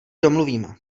domluvíme